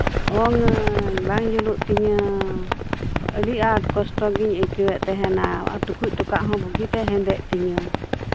ᱚᱝ ᱟᱹᱧ ᱵᱟᱝ ᱡᱩᱞᱩᱜ ᱛᱤᱧᱟᱹ ᱟᱹᱰᱤ ᱟᱸᱴ ᱠᱚᱥᱴᱚ ᱜᱤᱧ ᱟᱹᱭᱠᱟᱹᱣᱮᱫ ᱛᱟᱦᱮᱱᱟ ᱴᱩᱠᱩᱡ ᱴᱚᱠᱟᱜ ᱦᱚᱸ ᱵᱩᱜᱤᱛᱮ ᱦᱮᱸᱫᱮᱜ ᱛᱤᱧᱟᱹ